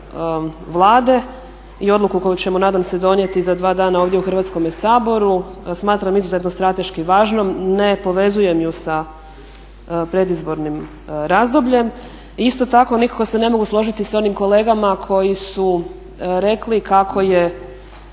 odluku Vlade i odluku koju ćemo nadam se donijeti za 2 dana ovdje u Hrvatskome saboru smatram izuzetno strateški važnom, ne povezujem ju sa predizbornim razdobljem. I isto tako nikako se ne mogu složiti sa onim kolegama koji su rekli kako je